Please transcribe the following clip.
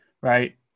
right